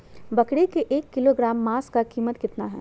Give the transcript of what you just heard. बकरी के एक किलोग्राम मांस का कीमत कितना है?